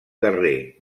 carrer